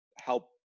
help